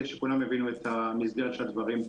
כדי שכולם יבינו את המסגרת של הדברים.